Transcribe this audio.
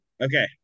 Okay